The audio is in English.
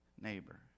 neighbor